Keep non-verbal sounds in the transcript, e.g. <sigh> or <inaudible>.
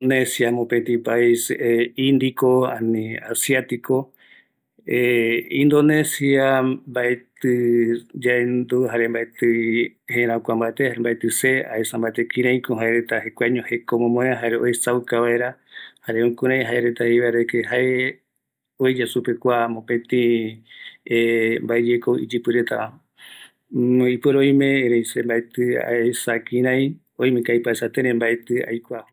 Kua tëtä indonesia mopeti pais Indico, ani Asiatico <hesitation> Indonesia mbaetɨ yaendu, jare mbaetïvi jërakua mbate mbae6tï se aesa mbate kiraiko jaerata jekuaeño jeko omomoeva, jare oesauka vaera, jare jukurai jaereta jeivaera de que jae oeya suoereta oeya supe kua mopëtï,,,,, mbaeyekou iyɨpɨretava, ipuere oime erei se mbaetï aesa kirai, oimeko aipo aesa kiraï, mbaetï aikua.